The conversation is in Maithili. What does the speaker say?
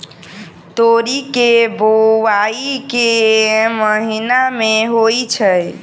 तोरी केँ बोवाई केँ महीना मे होइ छैय?